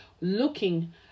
looking